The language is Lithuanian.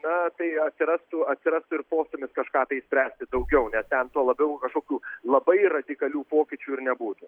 na tai atsirastų atsirastų ir postūmis kažką tai spręsti daugiau nes ten tuo labiau kažkokių labai radikalių pokyčių ir nebūtų